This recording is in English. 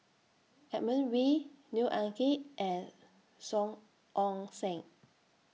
Edmund Wee Neo Anngee and Song Ong Siang